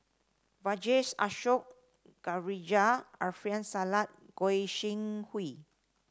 Vijesh Ashok Ghariwala Alfian Sa'at Goi Seng Hui